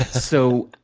so,